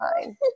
fine